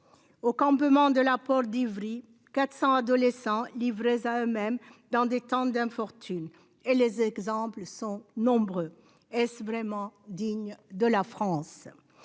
Au campement de la porte d'Ivry, 400 adolescents livrés à eux-mêmes dans des tentes d'infortune et les exemples sont nombreux. Est-ce vraiment digne de la France.